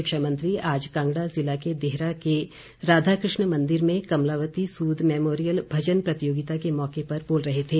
शिक्षा मंत्री आज कांगड़ा जिला के देहरा के राधा कृष्ण मंदिर में कमलावती सूद मैमोरियल भजन प्रतियोगिता के मौके पर बोल रहे थे